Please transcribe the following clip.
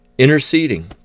Interceding